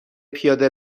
پیاده